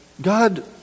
God